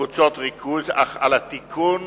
קבוצות ריכוז, אך על התיקון